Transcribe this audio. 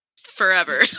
forever